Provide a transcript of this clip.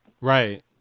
Right